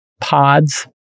pods